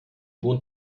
wohnt